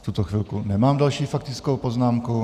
V tuto chvilku nemám další faktickou poznámku.